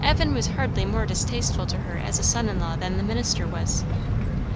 evan was hardly more distasteful to her as a son-in-law than the minister was